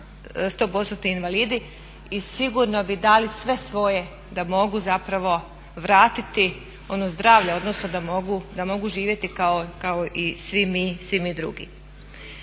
100%-tni invalidi i sigurno bi dali sve svoje da mogu zapravo vratiti ono zdravlje, odnosno da mogu živjeti kao i svi mi drugi.